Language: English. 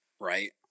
Right